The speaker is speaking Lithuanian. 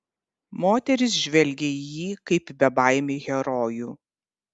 moterys žvelgė į jį kaip į bebaimį herojų